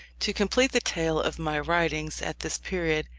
to complete the tale of my writings at this period,